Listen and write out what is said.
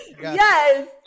Yes